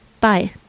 Bye